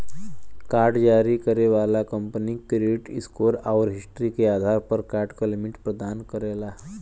card जारी करे वाला कंपनी क्रेडिट स्कोर आउर हिस्ट्री के आधार पर कार्ड क लिमिट प्रदान करला